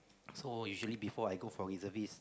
so usually before I go for reservist